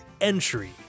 entry